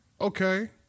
okay